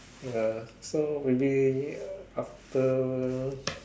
ya so maybe after